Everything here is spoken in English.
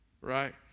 Right